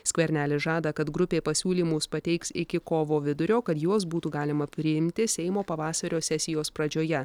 skvernelis žada kad grupė pasiūlymus pateiks iki kovo vidurio kad juos būtų galima priimti seimo pavasario sesijos pradžioje